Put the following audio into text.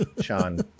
sean